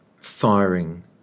firing